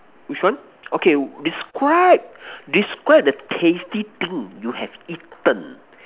which one okay describe describe the tasty thing you have eaten